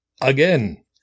Again